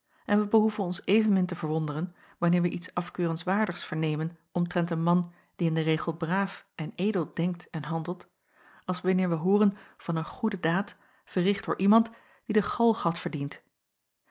en wij behoeven ons evenmin te verwonderen wanneer wij iets afkeurenswaardigs vernemen omtrent een man die in den regel braaf en edel denkt en handelt als wanneer wij hooren van een goede daad verricht door iemand die de galg had verdiend